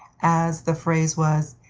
as the phrase was,